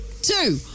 two